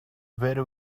very